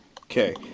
Okay